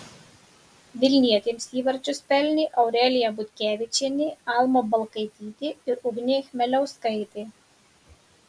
vilnietėms įvarčius pelnė aurelija butkevičienė alma balkaitytė ir ugnė chmeliauskaitė